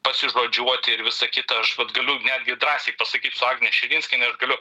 pasižodžiuoti ir visa kita aš vat galiu netgi drąsiai pasakyt su agne širinskiene aš galiu